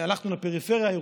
הלכנו לפריפריה הירושלמית,